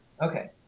Okay